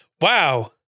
Wow